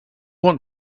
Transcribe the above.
want